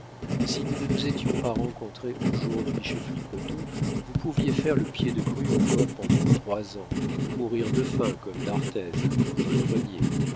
si nous ne nous étions pas rencontrés aujourd'hui chez flicoteaux vous pouviez faire le pied de grue encore pendant trois ans ou mourir de faim comme d'arthez dans un grenier